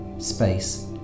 Space